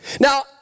Now